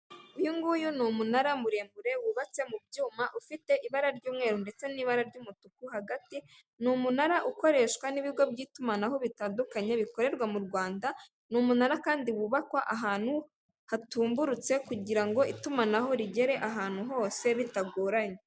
Uyunguyu ni umunara muremure wubatse mu byuma ufite ibara ry'umweru ndetse n'ibara ry'umutuku hagati, ni umunara ukoreshwa n'ibigo by'itumanaho bitandukanye bikorerwa mu Rwanda, n'umunara kandi wubakwa ahantu hatumburutse kugira ngo itumanaho rigere ahantu hose bitagoranye.